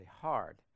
hard